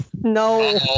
no